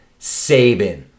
Saban